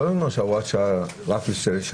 שלא תהיה לנו עכשיו הוראה שעה רק לשנה.